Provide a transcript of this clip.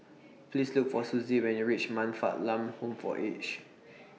Please Look For Suzy when YOU REACH Man Fatt Lam Home For Aged